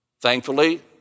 Thankfully